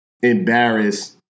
embarrass